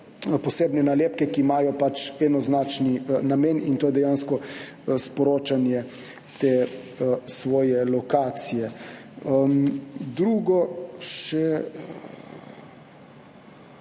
posebne nalepke, ki imajo enoznačni namen, in to je dejansko sporočanje svoje lokacije. Mislim,